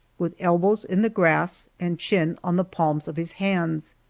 with elbows in the grass and chin on the palms of his hands.